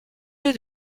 lieu